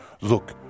Look